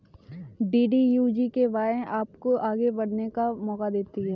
DDU GKY आपको आगे बढ़ने का मौका देती है